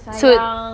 so